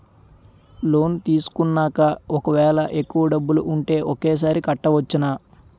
Loan తీసుకున్నాక ఒకవేళ ఎక్కువ డబ్బులు ఉంటే ఒకేసారి కట్టవచ్చున?